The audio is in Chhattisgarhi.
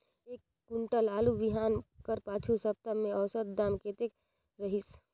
एक कुंटल आलू बिहान कर पिछू सप्ता म औसत दाम कतेक रहिस?